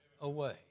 away